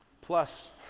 Plus